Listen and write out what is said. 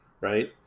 Right